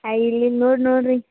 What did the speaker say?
ಆಯ ಇಲ್ಲ ಇಲ್ಲ ನೋಡಿ ನೋಡಿರಿ